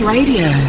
Radio